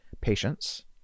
patients